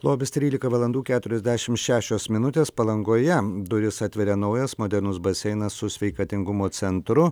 lobis trylika valandų keturiasdešim šešios minutės palangoje duris atveria naujas modernus baseinas su sveikatingumo centru